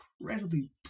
incredibly